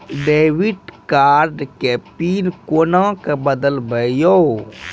Debit card के pin कोना के बदलबै यो?